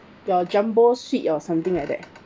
your jumbo suite or something like that